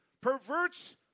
perverts